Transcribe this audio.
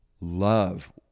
love